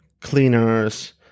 cleaners